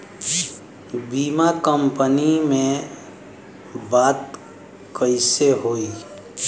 बीमा कंपनी में बात कइसे होई?